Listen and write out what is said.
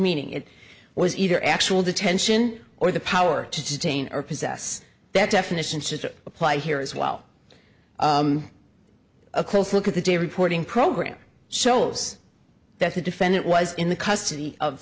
meaning it was either actual detention or the power to detain or possess that definition sr apply here as well a close look at the day reporting program shows that the defendant was in the custody of